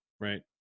right